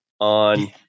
on